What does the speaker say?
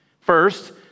First